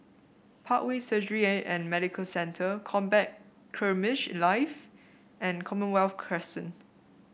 Parkway Surgery and Medical Centre Combat Skirmish Live and Commonwealth Crescent